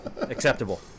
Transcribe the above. Acceptable